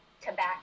tobacco